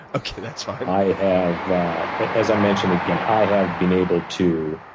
okay, that's fine. i have as i mentioned, again, i have been able to